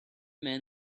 men